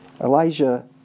Elijah